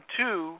two